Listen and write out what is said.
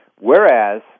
Whereas